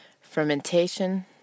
Fermentation